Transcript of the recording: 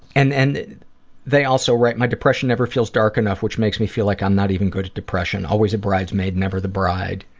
and and they also write my depression never feels dark enough which makes me feel like i'm not even good at depression. always the bridesmaid, never the bride.